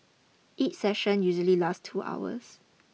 each session usually last two hours